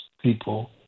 people